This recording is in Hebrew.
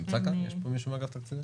יש פה מישהו מאגף תקציבים?